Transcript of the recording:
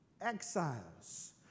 exiles